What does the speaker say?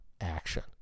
action